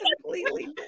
Completely